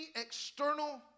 external